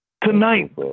tonight